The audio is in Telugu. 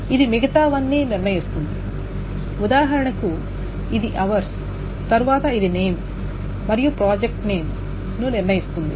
ఇది మిగతావన్ని నిర్ణయిస్తుంది ఉదాహరణకు ఇది అవర్స్ తరువాత ఇది నేమ్ మరియు ప్రాజెక్ట్ నేమ్ ను నిర్ణయిస్తుంది